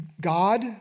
God